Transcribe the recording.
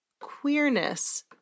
queerness